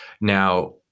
Now